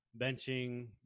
benching